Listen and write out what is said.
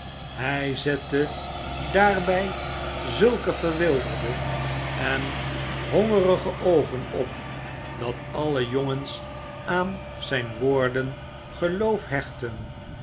hij zette daarbij zulke verwilderde en hongerige oogen op dat alle jongens aan zijne woorden geloof hechtten